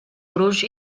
gruix